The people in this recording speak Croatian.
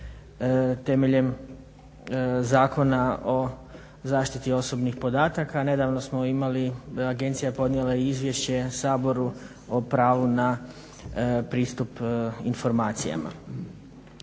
temeljem Zakona o zaštiti osobnih podataka. Nedavno smo imali, Agencija je podnijela i izvješće Saboru o pravu na pristup informacijama.